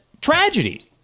tragedy